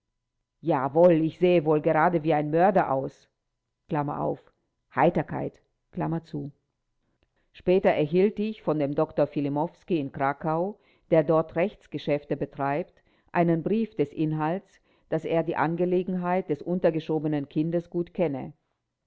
jawohl ich sehe wohl gerade wie ein mörder aus heiterkeit später erhielt ich von dem dr filimowski in krakau der dort rechtsgeschäfte betreibt einen brief des inhalts daß er die angelegenheit des untergeschobenen kindes gut kenne